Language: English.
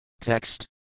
Text